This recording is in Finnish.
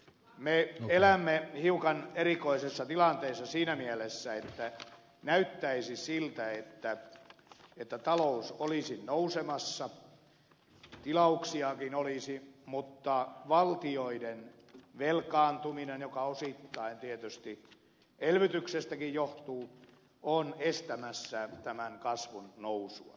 me elämme hiukan erikoisessa tilanteessa siinä mielessä että näyttäisi siltä että talous olisi nousemassa tilauksiakin olisi mutta valtioiden velkaantuminen joka osittain tietysti elvytyksestäkin johtuu on estämässä tämän kasvun nousua